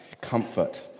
comfort